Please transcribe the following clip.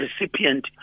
recipient